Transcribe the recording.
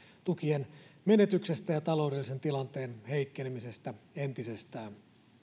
tukien menetyksestä ja taloudellisen tilanteen heikkenemisestä entisestään